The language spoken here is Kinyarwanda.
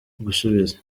gusubiza